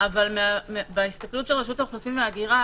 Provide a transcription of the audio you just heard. נכון, אבל ברשות האוכלוסין וההגירה